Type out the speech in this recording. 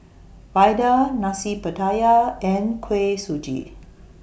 Vadai Nasi Pattaya and Kuih Suji